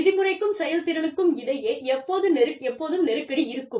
விதிமுறைக்கும் செயல்திறனுக்கும் இடையே எப்போதும் நெருக்கடி இருக்கும்